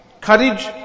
courage